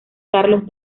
carlos